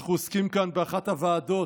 אנחנו עוסקים כאן באחת הוועדות,